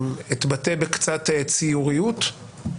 אתבטא בציוריות קצת.